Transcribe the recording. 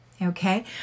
Okay